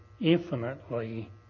infinitely